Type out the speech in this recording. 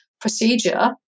procedure